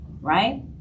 right